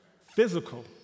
physical